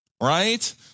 right